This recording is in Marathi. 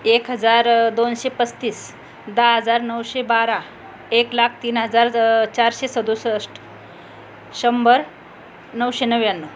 एक हजार दोनशे पस्तीस दा हजार नौशे बारा एक लाक तीन हजार ज चारशे सदुसष्ट शंबर नवशे नव्यान्नव